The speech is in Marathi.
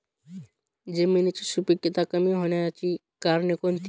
जमिनीची सुपिकता कमी होण्याची कारणे कोणती?